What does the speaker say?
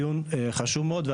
הדיון חשוב מאוד.